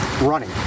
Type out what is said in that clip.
running